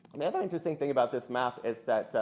the other interesting thing about this map is that,